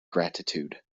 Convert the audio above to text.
gratitude